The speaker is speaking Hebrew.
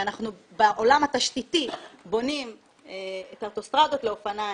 בעולם התשתיתי אנחנו בונים את האוטוסטרדות לאופניים,